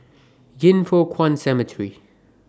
Yin Foh Kuan Cemetery